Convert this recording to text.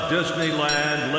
Disneyland